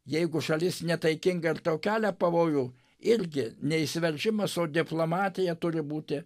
jeigu šalis netaikinga ir tau kelia pavojų irgi ne įsiveržimas o diplomatija turi būti